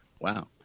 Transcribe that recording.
Wow